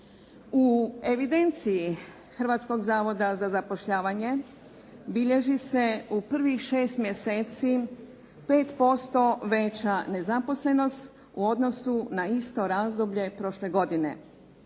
U evidenciji Hrvatskog zavoda za zapošljavanje bilježi se u prvih šest mjeseci 5% veća nezaposlenost u odnosu na isto razdoblje prošle godine